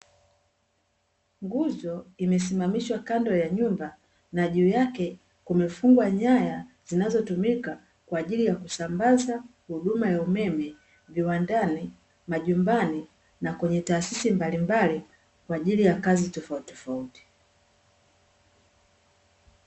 Nguzo imesimamishwa kando ya nyumba na juu yake kumefungwa nyaya, zinazotumika kwa ajili ya kusambaza huduma ya umeme viwandani, majumbani, na kwenye taasisi mbalimbali kwa ajili ya kazi tofautitofauti.